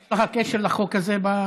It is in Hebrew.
יש לך קשר לחוק הזה במקור.